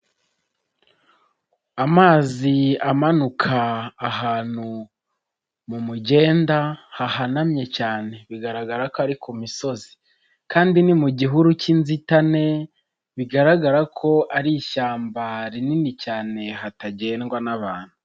Amazi amanuka ahantu mu mugenda hahanamye cyane, bigaragara ko ari ku misozi kandi ni mu gihuru k'inzitane bigaragara ko ari ishyamba rinini cyane hatagendwa n'abantu.